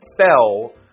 fell